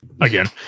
Again